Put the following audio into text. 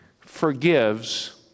forgives